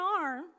arm